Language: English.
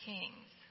Kings